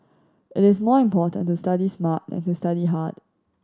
it is more important to study smart than to study hard